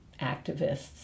activists